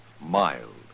Mild